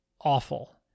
awful